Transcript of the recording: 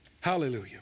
Hallelujah